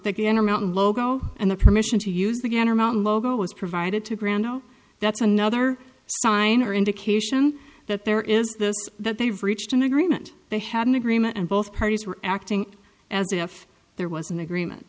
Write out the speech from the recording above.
gander mountain logo and the permission to use the gander mountain logo was provided to ground zero that's another sign or indication that there is that they've reached an agreement they had an agreement and both parties were acting as if there was an agreement